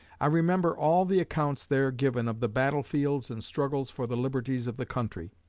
i remember all the accounts there given of the battle-fields and struggles for the liberties of the country